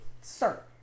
Sir